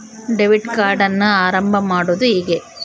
Debit ಕಾರ್ಡನ್ನು ಆರಂಭ ಮಾಡೋದು ಹೇಗೆ?